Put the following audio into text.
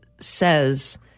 says